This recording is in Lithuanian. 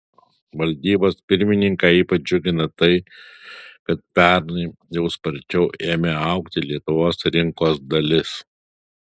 valdybos pirmininką ypač džiugina tai kad pernai jau sparčiau ėmė augti lietuvos rinkos dalis